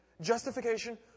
justification